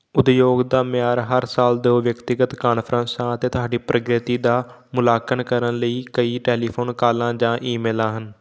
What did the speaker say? ਉਦਯੋਗ ਦਾ ਮਿਆਰ ਹਰ ਸਾਲ ਦੋ ਵਿਅਕਤੀਗਤ ਕਾਨਫਰੰਸਾਂ ਅਤੇ ਤੁਹਾਡੀ ਪ੍ਰਗਤੀ ਦਾ ਮੁੱਲਾਂਕਣ ਕਰਨ ਲਈ ਕਈ ਟੈਲੀਫੋਨ ਕਾਲਾਂ ਜਾਂ ਈਮੇਲਾਂ ਹਨ